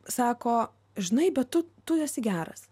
sako žinai bet tu tu esi geras